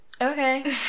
Okay